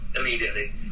immediately